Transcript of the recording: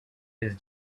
his